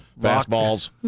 fastballs